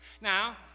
Now